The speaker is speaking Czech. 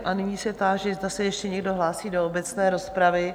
A nyní se táži, zda se ještě někdo hlásí do obecné rozpravy?